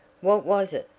what was it?